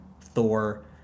Thor